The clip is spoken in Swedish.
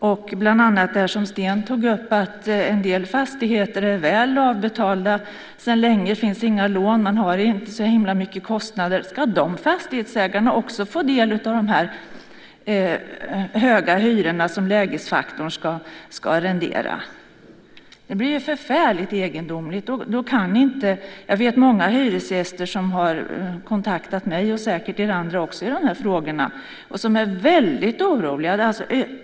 Jag tänker bland annat på det som Sten tog upp, att en del fastigheter är väl avbetalda sedan länge. Det finns inga lån. Man har inte så himla mycket kostnader. Ska de fastigheternas ägare också få del av de höga hyror som lägesfaktorn ska rendera? Det blir ju förfärligt egendomligt. Jag vet många hyresgäster som har kontaktat mig - och säkert er andra också - i de här frågorna och som är väldigt oroliga.